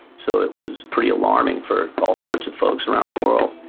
so it was pretty alarming for all sorts of folks around the world.